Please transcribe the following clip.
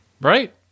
Right